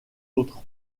autres